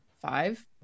five